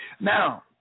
Now